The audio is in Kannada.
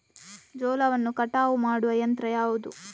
ಜೋಳವನ್ನು ಕಟಾವು ಮಾಡುವ ಯಂತ್ರ ಯಾವುದು?